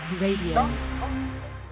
Radio